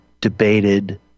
debated